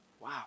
Wow